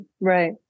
right